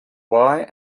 why